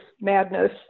madness